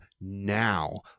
now